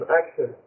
action